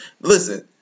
Listen